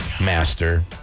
Master